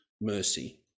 mercy